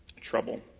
trouble